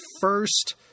first